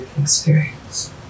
experience